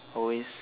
always